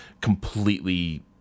completely